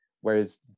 whereas